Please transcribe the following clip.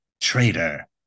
traitor